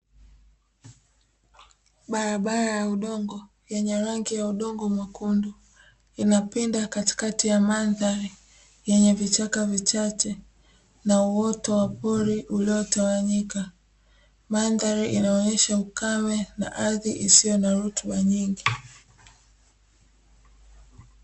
Barabara ya udongo yenye rangi ya udongo mwekundu inapinda katikati ya mandhari yenye vichaka vichache na uoto wa pori uliotawanyika, mandhari inaonesha ukame na ardhi isiyo na rutuba nyingi.